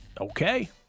Okay